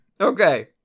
Okay